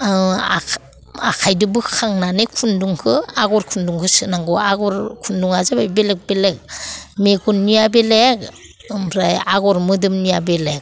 आखाइ आखाइजों बोखांनानै खुन्दुंखौ आग'र खुन्दुंखौ सोनांगौ आग'र खुन्दुङा जाबाय बेलेग बेलेग मेगननिया बेलेग ओमफ्राय आग'र मोदोमनिया बेलेग